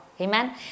amen